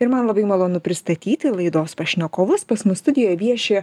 ir man labai malonu pristatyti laidos pašnekovus pas mus studijoj vieši